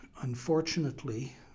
unfortunately